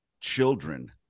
children